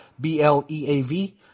B-L-E-A-V